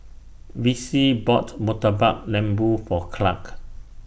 Vicie bought Murtabak Lembu For Clarke